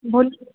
भोलिको